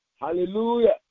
Hallelujah